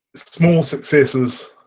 small successes